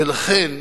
ולכן,